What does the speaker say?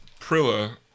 Prilla